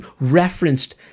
referenced